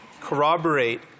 corroborate